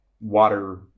water